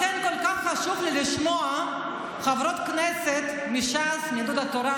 לכן כל כך חשוב לי לשמוע חברות כנסת מש"ס ומיהדות התורה,